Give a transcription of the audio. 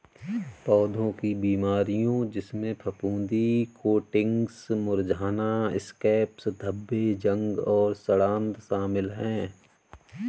पौधों की बीमारियों जिसमें फफूंदी कोटिंग्स मुरझाना स्कैब्स धब्बे जंग और सड़ांध शामिल हैं